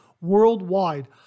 worldwide